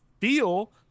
feel